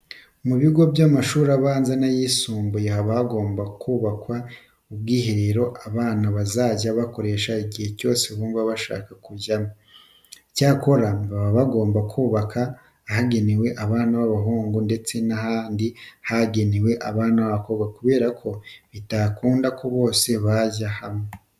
Mu bigo by'amashuri abanza n'ayisumbuye haba hagomba kubakwa ubwiherero abana bazajya bakoresho igihe cyose bumva bashatse kubujyamo. Icyakora baba bagomba kubaka ahagenewe abana b'abahungu ndetse n'ahandi hagenewe abana b'abakobwa kubera ko bitakunda ko bose bajya hamwe.